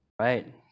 right